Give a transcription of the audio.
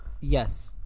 Yes